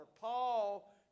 Paul